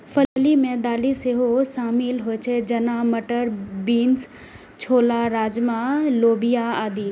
फली मे दालि सेहो शामिल होइ छै, जेना, मटर, बीन्स, छोला, राजमा, लोबिया आदि